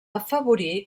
afavorir